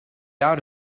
out